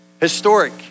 Historic